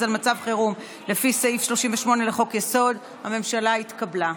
על מצב חירום לפי סעיף 38 לחוק-יסוד: הממשלה התקבלה.